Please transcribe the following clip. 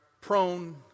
prone